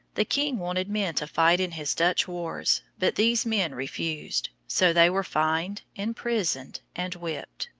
the king wanted men to fight in his dutch wars, but these men refused so they were fined, imprisoned, and whipped.